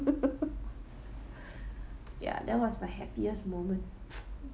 ya that was my happiest moment